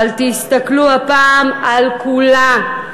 אבל תסתכלו הפעם על כולה,